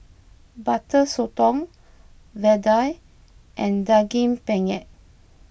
Butter Sotong Vadai and Daging Penyet